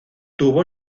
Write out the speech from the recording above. tuvo